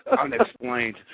unexplained